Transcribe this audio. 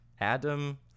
Adam